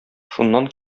шуннан